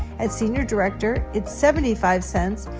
at senior director it's seventy five cents,